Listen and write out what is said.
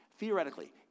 Theoretically